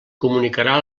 comunicarà